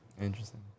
Interesting